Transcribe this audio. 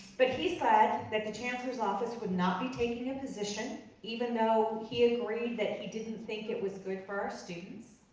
but he said that the chancellors office would not be taking a position, even though he agreed that he didn't think it was good for our students.